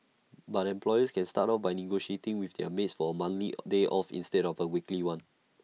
but employers can start off by negotiating with their maids for A monthly day off instead of A weekly one